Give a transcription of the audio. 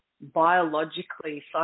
biologically